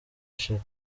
ishira